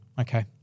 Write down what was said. Okay